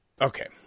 okay